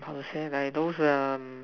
how to say like those um